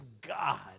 God